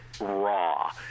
raw